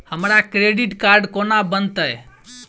हमरा credit card कोना बनतै?